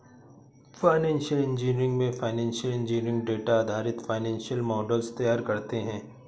financial engineering में financial engineer data आधारित financial models तैयार करते है